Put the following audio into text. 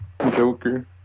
Joker